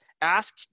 ask